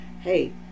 hey